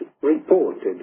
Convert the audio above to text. reported